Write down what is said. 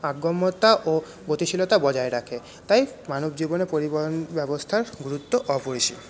আগমতা ও গতিশীলতা বজায় রাখে তাই মানব জীবনে পরিবহন ব্যবস্থার গুরুত্ব অপরিসীম